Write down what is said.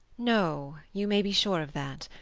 no. you may be sure of that.